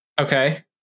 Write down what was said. okay